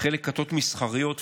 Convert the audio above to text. חלק כתות מסחריות פיננסיות.